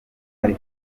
yaje